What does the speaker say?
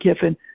Kiffin